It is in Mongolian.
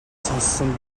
сонссон